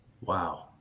Wow